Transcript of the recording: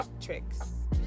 tricks